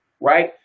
right